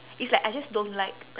it's like I just don't like